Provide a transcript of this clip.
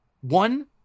One